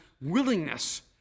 willingness